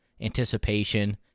anticipation